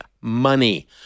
money